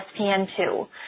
ESPN2